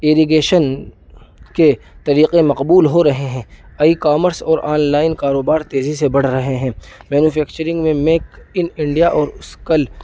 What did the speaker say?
irrigation کے طریقے مقبول ہو رہے ہیں ای کامرس اور آن لائن کاروبار تیزی سے بڑھ رہے ہیں مینوفیچکرنگ میں میک ان انڈیا اور اسکل